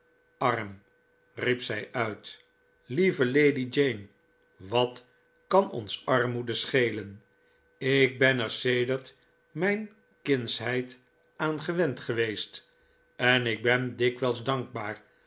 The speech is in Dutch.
arm riep zij uit lieve lady jane wat kan ons armoede schelen ik ben er sedert mijn kindsheid aan gewend geweest en ik ben dikwijls dankbaar